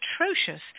atrocious